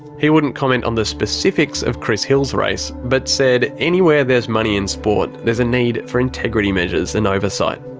he wouldn't comment on the specifics of chris hill's race, but said anywhere there's money in sport, there's a need for integrity measures and oversight.